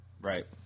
Right